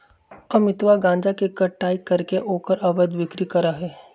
अमितवा गांजा के कटाई करके ओकर अवैध बिक्री करा हई